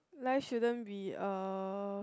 life shouldn't be a